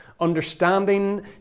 Understanding